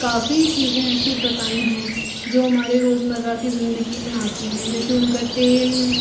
काफ़ी चीज़ें ऐसी बताई हैं जो हमारे रोजमर्रा की जिंदगी में आती हैं जैसे उनका तेल